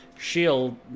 shield